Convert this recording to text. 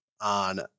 on